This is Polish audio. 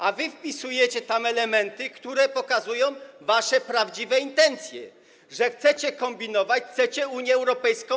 A wy wpisujecie tam elementy, które pokazują wasze prawdziwe intencje, że chcecie kombinować, chcecie oszukać Unię Europejską.